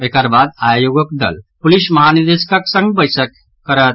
एकर बाद आयोगक दल पुलिस महानिदेशकक संग बैसक करत